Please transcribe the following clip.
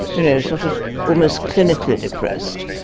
you know sort of almost clinically depressed,